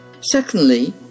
Secondly